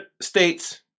states